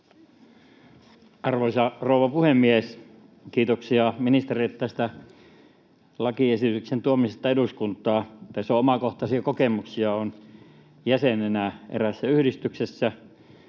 Arvoisa rouva puhemies! Kiitoksia ministerille tämän lakiesityksen tuomisesta eduskuntaan. Tästä on omakohtaisia kokemuksia: Olen jäsenenä eräässä yhdistyksessä